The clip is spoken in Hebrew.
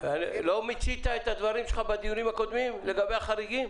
לא מיצית את הדברים שלך בדיונים הקודמים לגבי החריגים?